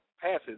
passes